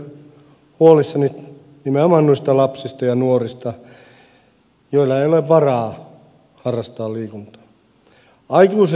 siksi olen huolissani nimenomaan noista lapsista ja nuorista joilla ei ole varaa harrastaa liikuntaa